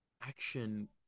action